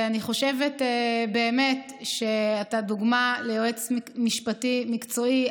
אני חושבת שאתה דוגמה ליועץ משפטי מקצועי.